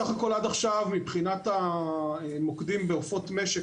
בסך הכל עד עכשיו מבחינת המוקדים בעופות משק,